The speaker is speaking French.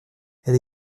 elle